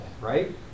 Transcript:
right